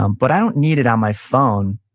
um but i don't need it on my phone.